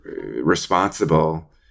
responsible